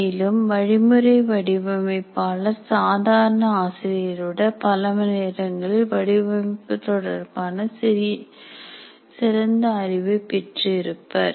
மேலும் வழிமுறை வடிவமைப்பாளர் சாதாரண ஆசிரியரை விட பல நேரங்களில் வடிவமைப்பு தொடர்பான சிறந்த அறிவை பெற்று இருப்பார்